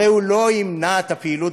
הרי הוא לא ימנע את הפעילות